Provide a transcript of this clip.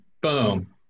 Boom